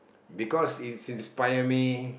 because it it's inspire me